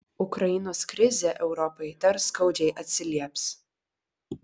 ukrainos krizė europai dar skaudžiai atsilieps